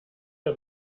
der